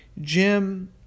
Jim